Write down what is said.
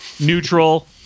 neutral